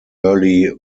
early